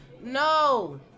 No